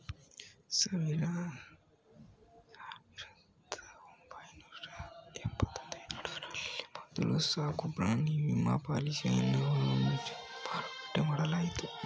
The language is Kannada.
ಸಾವಿರದ ಒಂಬೈನೂರ ಎಂಬತ್ತ ಎರಡ ರಲ್ಲಿ ಮೊದ್ಲ ಸಾಕುಪ್ರಾಣಿ ವಿಮಾ ಪಾಲಿಸಿಯನ್ನಯುನೈಟೆಡ್ ಸ್ಟೇಟ್ಸ್ನಲ್ಲಿ ಮಾರಾಟ ಮಾಡಲಾಯಿತು